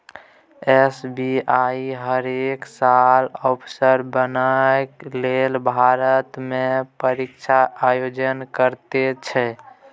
SBI हरेक साल अफसर बनबाक लेल भारतमे परीक्षाक आयोजन करैत छै